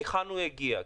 מהיכן הוא יגיע?